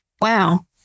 wow